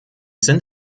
sind